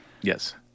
Yes